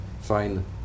fine